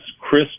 Chris